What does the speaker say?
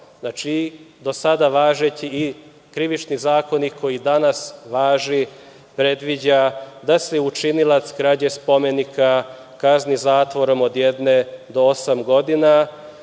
tako. Znači, do sada važeći i krivični zakoni koji danas važe predviđa da se učinilac krađa spomenika kazni zatvorom od jedne do osam godina,